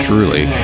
Truly